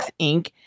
Inc